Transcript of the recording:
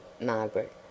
Margaret